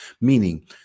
meaning